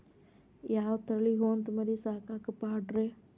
ಯಾವ ತಳಿ ಹೊತಮರಿ ಸಾಕಾಕ ಪಾಡ್ರೇ?